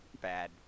bad